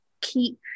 keep